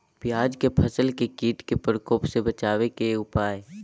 प्याज के फसल के कीट के प्रकोप से बचावे के उपाय?